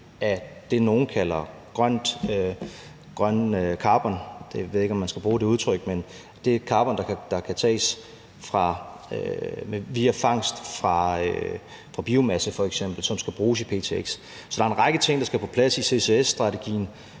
af det, nogle kalder grøn carbon. Jeg ved ikke, om man skal bruge det udtryk – men det er carbon, der kan tages via fangst fra f.eks. biomasse, og som skal bruges i ptx. Så der er en række ting, der skal på plads i CCS-strategien,